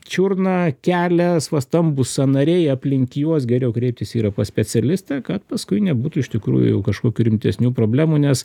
čiurna kelias va stambūs sąnariai aplink juos geriau kreiptis yra pas specialistą kad paskui nebūtų iš tikrųjų jau kažkokių rimtesnių problemų nes